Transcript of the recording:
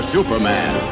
Superman